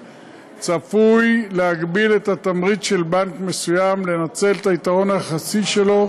צפוי להגביל את התמריץ של בנק מסוים לנצל את היתרון היחסי שלו,